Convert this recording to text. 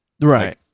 right